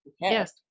yes